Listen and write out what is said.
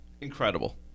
Incredible